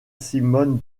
simone